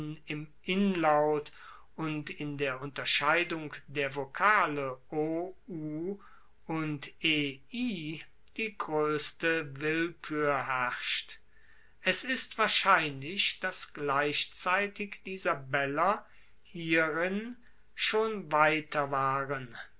im inlaut und in der unterscheidung der vokale o u und e i die groesste willkuer herrscht es ist wahrscheinlich dass gleichzeitig die sabeller hierin schon weiter waren